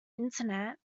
internet